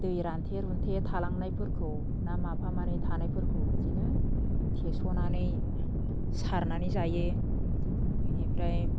दै रानथे रुनथे थालांनायफोरखौ ना माफा मानै थानायफोरखौ बिदिनो थेस'नानै सारनानै जायो बेनिफ्राय